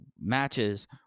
matches